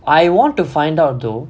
I want to find out though